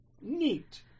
Neat